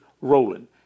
rolling